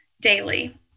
daily